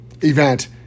event